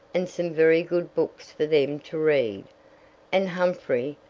and some very good books for them to read and humphrey,